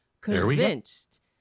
convinced